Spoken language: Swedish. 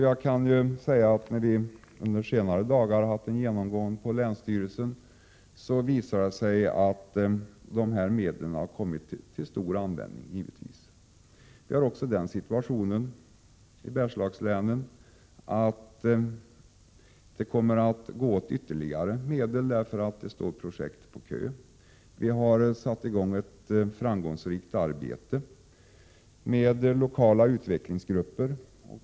Jag kan meddela att det under de senaste dagarna vid en genomgång på länsstyrelsen har visat sig att dessa medel har kommit till stor användning. Vi är också i den situationen i Bergslagslänen att det kommer att behövas ytterligare medel därför att det står projekt i kö. Vi har satt i gång ett framgångsrikt arbete med lokala utvecklingsgrupper.